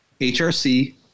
HRC